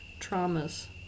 traumas